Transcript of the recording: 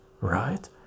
right